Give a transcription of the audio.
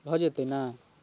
भऽ जेतै ने